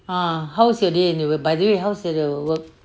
!huh! how's your day by the way how's your work